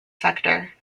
sector